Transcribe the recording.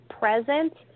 present